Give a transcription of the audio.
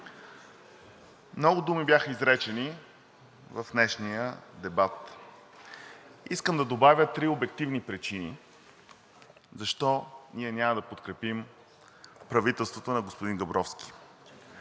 Много думи бяха изречени в днешния дебат. Искам да добавя три обективни причини защо ние няма да подкрепим правителството на господин Габровски.